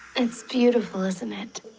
it's beautiful isn't it?